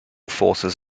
forces